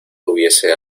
hubiese